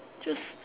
just